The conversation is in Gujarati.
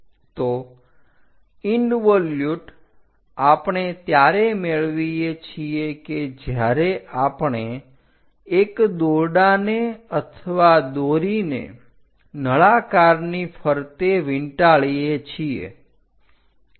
તો ઇન્વોલ્યુટ આપણે ત્યારે મેળવીએ છીએ કે જ્યારે આપણે એક દોરડાને અથવા દોરીને નળાકાર ની ફરતે વીંટાળીએ છીએ